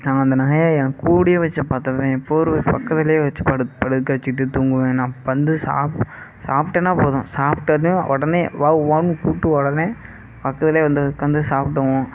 நான் அந்த நாயை என் கூடவே வெச்சு பார்த்துப்பேன் என் போர்வை பக்கத்திலையே வெச்சு படு படுக்க வெச்சுட்டு தூங்குவேன் நான் வந்து சாப் சாப்பிட்டேன்னா போதும் சாப்பிட்டதும் உடனே வொவ் வொவ்னு கூப்பிட்டு உடனே பக்கத்திலையே வந்து உட்காந்து சாப்பிடும்